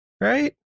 right